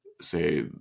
Say